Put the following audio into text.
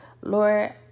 Lord